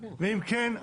ואם כן,